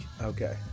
Okay